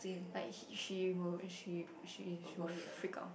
like he she will she she she will freak out